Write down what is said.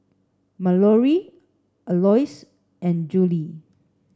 Mallorie Alois and Juli